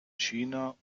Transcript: china